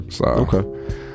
Okay